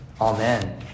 Amen